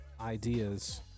Ideas